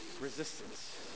resistance